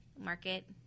market